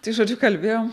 tai žodžiu kalbėjom